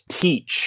teach